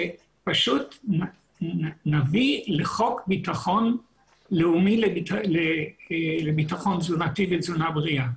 שפשוט נביא לחוק ביטחון לאומי לביטחון תזונתי ותזונה בריאה,